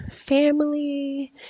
family